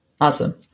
Awesome